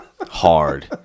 hard